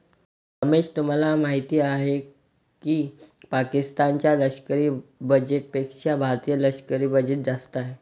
रमेश तुम्हाला माहिती आहे की पाकिस्तान च्या लष्करी बजेटपेक्षा भारतीय लष्करी बजेट जास्त आहे